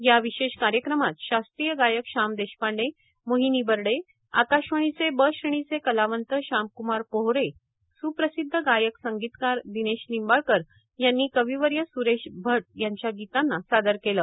या विशेष कार्यक्रमात शास्त्रीय गायक श्याम देशपांडे मोहिनी बरडे आकाशवाणीचे ब श्रेणीचे कलावंत श्यामकुमार पोहरे स्प्रसिद्ध गायक संगीतकार दिनेश निंबाळकर यांनी कविवर्य स्रेश भट यांच्या गीतांना सादर केले